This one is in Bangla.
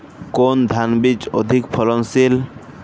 কোন ধান বীজ অধিক ফলনশীল?